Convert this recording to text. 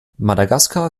madagaskar